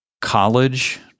college